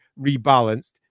rebalanced